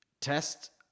test